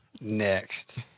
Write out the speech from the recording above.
next